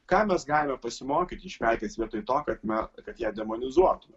ką mes galime pasimokyti iš pelkės vietoj to kad na kad ją demonizuotume